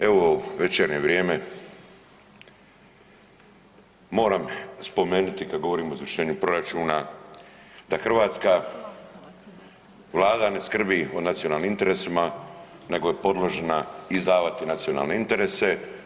Evo večernje vrijeme moram spomenuti kada govorimo o izvršenju proračuna da hrvatska Vlada ne skrbi o nacionalnim interesima nego je podložna izdavati nacionalne interese.